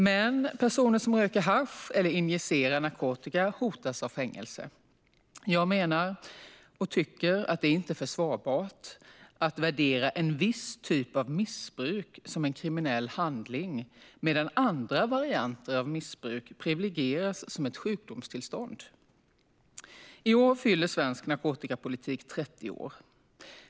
Men personer som röker hasch eller injicerar narkotika hotas av fängelse. Jag menar och tycker att det inte är försvarbart att värdera en viss typ av missbruk som en kriminell handling medan andra varianter av missbruk privilegieras som ett sjukdomstillstånd. I år fyller svensk narkotikapolitik 30 år.